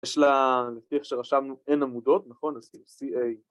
‫יש לה, לפי איך שרשמנו, ‫אין עמודות, נכון? אז היא CA.